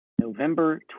November